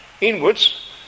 Inwards